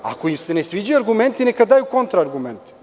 Ako im se ne sviđaju argumenti, neka daju kontra argumente.